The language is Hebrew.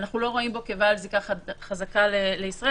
אנחנו לא רואים בו בעל זיקה חזקה לישראל.